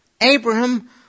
Abraham